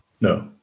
No